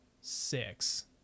six